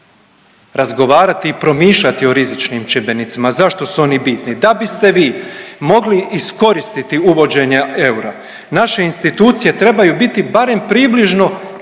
razgovarati i promišljati o rizičnim čimbenicima, zašto su oni bitni? Da biste vi mogli iskoristiti uvođenje eura, naše institucije trebaju biti barem približno